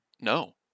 no